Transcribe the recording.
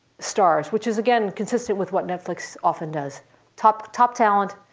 stars, which is again consistent with what netflix often does top top talent,